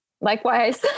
Likewise